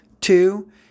Two